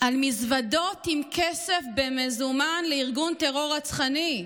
למזוודות עם כסף במזומן לארגון טרור רצחני,